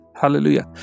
hallelujah